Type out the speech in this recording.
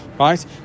right